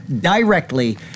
directly